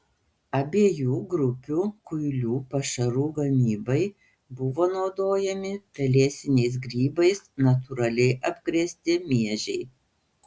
abiejų grupių kuilių pašarų gamybai buvo naudojami pelėsiniais grybais natūraliai apkrėsti miežiai